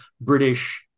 British